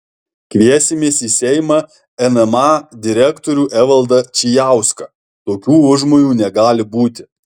kviesimės į seimą nma direktorių evaldą čijauską tokių užmojų negali būti